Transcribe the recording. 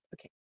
okay